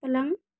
पलंग